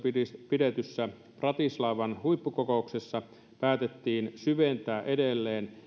pidetyssä bratislavan huippukokouksessa päätettiin syventää edelleen